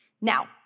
Now